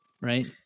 Right